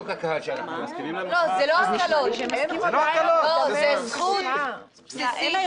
זה לא הקלות, זו זכות בסיסית.